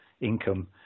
income